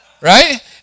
right